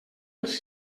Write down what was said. dels